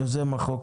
יוזם החוק,